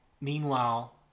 Meanwhile